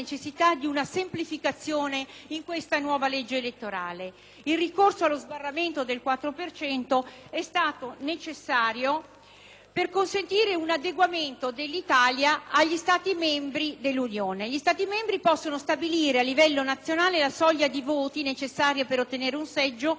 è stato necessario per consentire un adeguamento dell'Italia agli altri Stati membri dell'Unione. Gli Stati membri possono stabilire a livello nazionale la soglia di voti necessaria per ottenere un seggio, non oltre il 5 per cento dei suffragi espressi; undici Stati già praticano questa soglia, anche